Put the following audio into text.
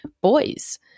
boys